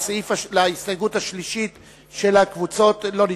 לסעיף 41 מתוך ההסתייגות השלישית של הקבוצות לא נתקבלה.